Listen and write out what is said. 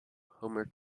homer